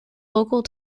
local